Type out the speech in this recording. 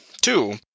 Two